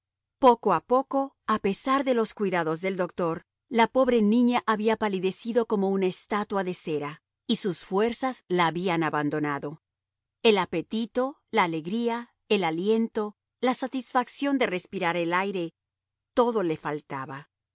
poco a poco a pesar de los cuidados del doctor la pobre niña había palidecido coma una estatua de cera y sus fuerzas la habían abandonado el apetito la alegría el aliento la satisfacción de respirar el aire todo le faltaba